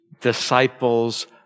disciples